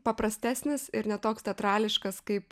paprastesnis ir ne toks teatrališkas kaip